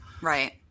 Right